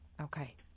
Okay